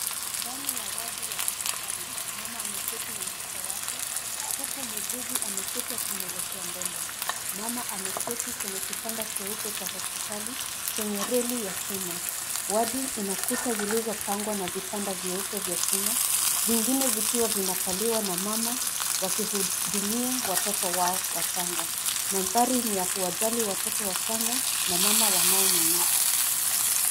Ndani ya wadi ya hospitali mama ameketi na mtoto wake huku muuguzi ameketi akimwelekea mbele ,mama ameketi kwenye kitanda cheupe cha hospitali chenye reli ya chuma wadi inakuta zilizopangwa na vitanda vyeupe vya chuma vingine vikiwa vinakaliwa na mama wakihudumia watoto wao wachanga ,mandhari ni ya kuwajali watoto wachanga na mama wanaonyonyesha.